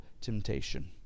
temptation